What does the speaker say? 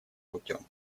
путем